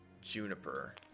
Juniper